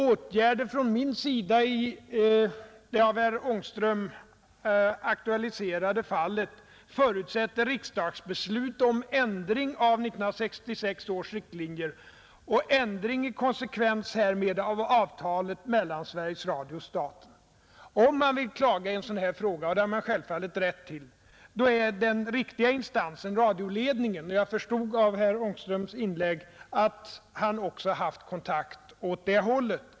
Åtgärder från min sida i det av herr Ångström aktualiserade fallet förutsätter riksdagsbeslut om ändring av 1966 års riktlinjer och ändring i konsekvens härmed av avtalet mellan Sveriges Radio och staten. Om man vill klaga i en sådan här fråga — och det har man självfallet rätt till — är den riktiga instansen radioledningen, och jag förstod av herr Ångströms inlägg att han också haft kontakt åt det hållet.